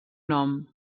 nom